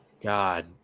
God